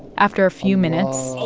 after a few minutes.